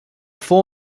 four